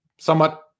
somewhat